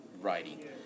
writing